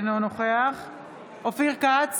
אינו נוכח אופיר כץ,